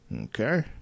Okay